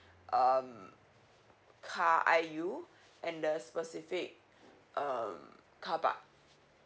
um car I_U and the specific um carpark